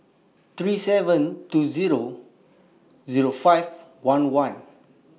three seven two Zero Zero five one one